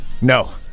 No